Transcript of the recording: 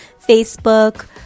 Facebook